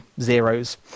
zeros